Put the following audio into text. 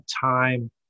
time